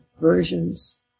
versions